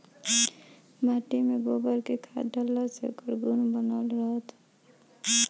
माटी में गोबर के खाद डालला से ओकर गुण बनल रहत हवे